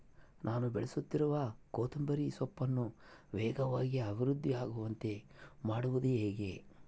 ನಾನು ಬೆಳೆಸುತ್ತಿರುವ ಕೊತ್ತಂಬರಿ ಸೊಪ್ಪನ್ನು ವೇಗವಾಗಿ ಅಭಿವೃದ್ಧಿ ಆಗುವಂತೆ ಮಾಡುವುದು ಹೇಗೆ?